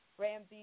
Ramsey